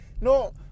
no